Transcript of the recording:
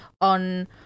on